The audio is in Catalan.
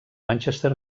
manchester